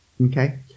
okay